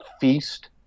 feast